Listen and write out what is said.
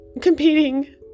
competing